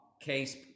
case